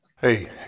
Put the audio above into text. Hey